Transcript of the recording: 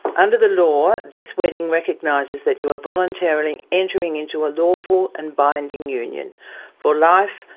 and under the law, this wedding recognises that you are voluntarily entering into a lawful and binding union for life,